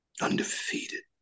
undefeated